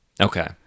Okay